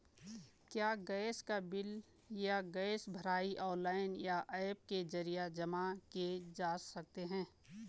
क्या गैस का बिल या गैस भराई ऑनलाइन या ऐप के जरिये जमा किये जा सकते हैं?